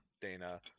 dana